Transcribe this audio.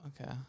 Okay